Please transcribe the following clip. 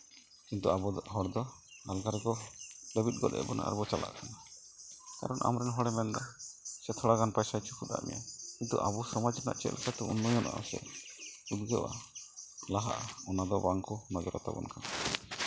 ᱠᱤᱱᱛᱩ ᱟᱵᱚ ᱦᱚᱲᱫᱚ ᱟᱞᱜᱟ ᱛᱮᱠᱚ ᱞᱟᱹᱵᱤᱫ ᱜᱚᱫᱮᱜ ᱵᱚᱱᱟ ᱟᱵᱚ ᱪᱟᱞᱟᱜ ᱠᱟᱱᱟ ᱠᱟᱨᱚᱱ ᱟᱢᱨᱮᱱ ᱦᱚᱲᱮ ᱢᱮᱱᱫᱟ ᱥᱮ ᱛᱷᱚᱲᱟ ᱜᱟᱱ ᱯᱚᱭᱥᱟᱭ ᱪᱩᱯᱩᱫᱟᱜ ᱢᱮᱭᱟ ᱠᱤᱱᱛᱩ ᱟᱵᱚ ᱥᱚᱢᱟᱡᱽ ᱨᱮᱱᱟᱜ ᱪᱮᱫ ᱞᱮᱠᱟᱛᱮ ᱩᱱᱱᱚᱭᱚᱱᱚᱜᱼᱟ ᱩᱫᱽᱜᱟᱹᱜᱼᱟ ᱞᱟᱦᱟᱜᱼᱟ ᱚᱱᱟᱫᱚ ᱵᱟᱝᱠᱚ ᱱᱚᱡᱚᱨ ᱟᱛᱟᱵᱚᱱ ᱠᱟᱱᱟ